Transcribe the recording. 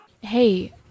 Hey